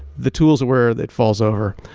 the tools of where that falls over.